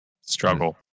Struggle